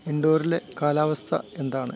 ഇൻഡോറിലെ കാലാവസ്ഥ എന്താണ്